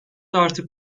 artık